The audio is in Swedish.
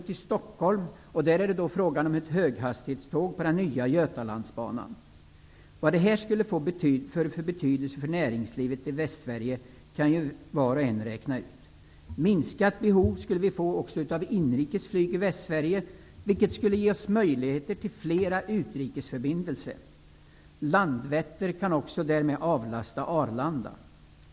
Till Vad detta skulle få för betydelse för näringslivet i Västsverige kan var och en räkna ut. Det skulle innebära ett minskat behov av inrikes flyg i Västsverige, vilket skulle ge oss möjligheter till flera utrikesförbindelser. Landvetter kan därmed också avlasta Arlanda.